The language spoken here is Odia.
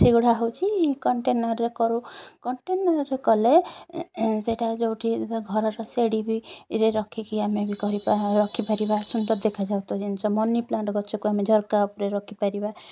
ସେଗୁଡ଼ା ହେଉଛି କଣ୍ଟେନର୍ରେ କରୁ କଣ୍ଟେନର୍ରେ କଲେ ସେଟା ଯେଉଁଠି ଯେତେବେଳେ ଘରର ସିଢ଼ି ବି ରେ ରଖିକି ଆମେ ବି କରିବା ରଖିପାରିବା ସୁନ୍ଦର ଦେଖାଯାଉଥିବା ଜିନିଷ ମନି ପ୍ଲାଣ୍ଟ୍ ଗଛକୁ ଆମେ ଝରକା ଉପରେ ରଖିପାରିବା